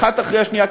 האחת אחרי השנייה,